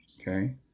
okay